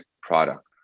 product